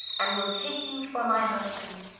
and will take you for my husband.